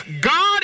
God